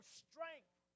strength